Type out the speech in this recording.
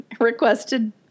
requested